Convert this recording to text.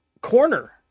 corner